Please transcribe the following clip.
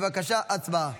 בבקשה, הצבעה.